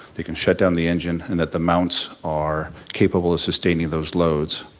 they can shut down the engine, and that the mounts are capable of sustaining those loads.